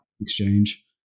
exchange